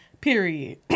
period